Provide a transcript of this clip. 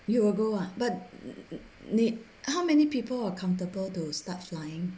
you will go ah but need how many people are countable to start flying